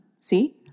See